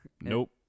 Nope